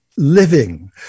living